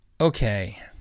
Okay